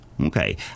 Okay